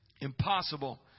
impossible